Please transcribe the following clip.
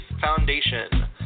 Foundation